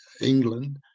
England